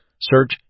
Search